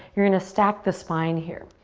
you're gonna stack the spine here.